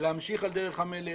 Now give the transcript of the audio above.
ולהמשיך על דרך המלך.